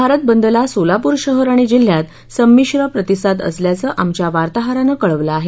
भारत बंदला सोलापूर शहर आणि जिल्ह्यात संमिश्र प्रतिसाद असल्याचं आमच्या वार्ताहरानं कळवलं आहे